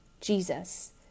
Jesus